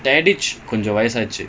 ya dude